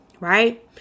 right